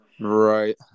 right